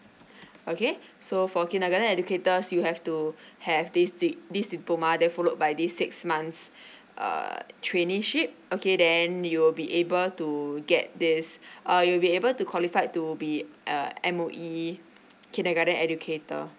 okay so for kindergarten educators you have to have this di~ this diploma then followed by this six months err traineeship okay then you'll be able to get this uh you will be able to qualified to be a M_O_E kindergarten educator